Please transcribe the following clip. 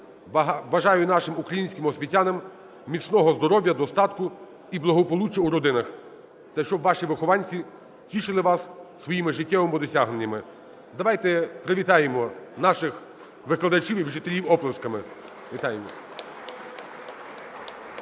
Бажаю нашим українським освітянам міцного здоров'я, достатку і благополуччя у родинах та щоб ваші вихованці тішили вас своїми життєвими досягненнями. Давайте привітаємо наших викладачів і вчителів оплесками.